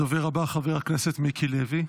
הדובר הבא חבר הכנסת מיקי לוי,